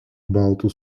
baltų